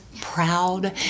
proud